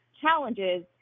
challenges